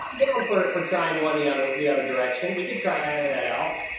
down for for trying one the other the other direction. we could try that out.